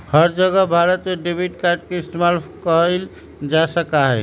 हर जगह भारत में debit card के इस्तेमाल कइल जा सका हई